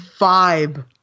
vibe